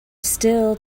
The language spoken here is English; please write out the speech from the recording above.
still